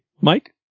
Mike